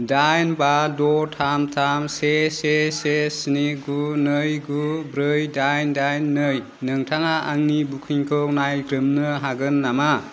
दाइन बा द' थाम थाम से से स्नि गु नै गु ब्रै दाइन दाइन नै नोंथाङा आंनि बुकिंखौ नायग्रोमनो हागोन नामा